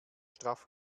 straff